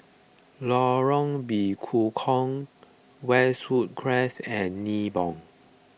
Lorong Bekukong Westwood Crescent and Nibong